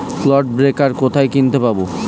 Clod breaker কোথায় কিনতে পাব?